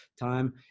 time